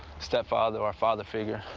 stepfather or father figure.